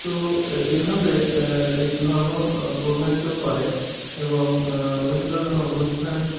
তো এইভাবে এই ধর্ম প্রভাবিত করে এবং অনুশীলন ও অনুষ্ঠান